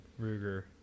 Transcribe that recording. ruger